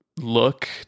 look